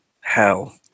hell